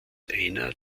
einer